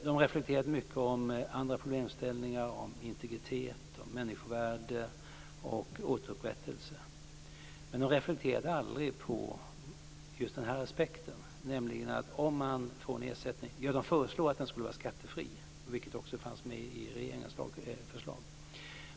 De reflekterade mycket över problemställningar som integritet, människovärde och återupprättelse. Men de reflekterade aldrig över just den här aspekten. De föreslog att ersättningen skulle vara skattefri, vilket också fanns med i regeringens lagförslag.